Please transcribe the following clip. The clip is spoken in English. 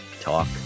Talk